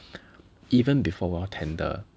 even before 我要 tender